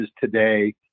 today